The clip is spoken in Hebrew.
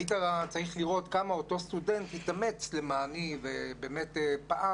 היית צריך לראות כמה אותו סטודנט התאמץ למעני ובאמת פעל